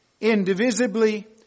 indivisibly